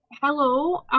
Hello